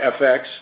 FX